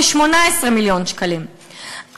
כ-18 מיליון שקלים,